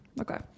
Okay